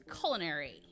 culinary